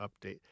update